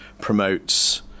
promotes